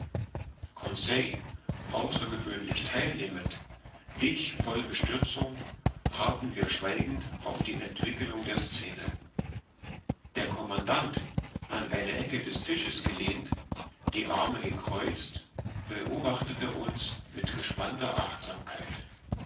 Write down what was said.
conseil außergewöhnlich theilnehmend ich voll bestürzung harrten wir schweigend auf die entwickelung der scene der commandant an eine ecke des tisches gelehnt die arme gekreuzt beobachtete uns mit gespannter